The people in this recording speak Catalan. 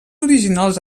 originals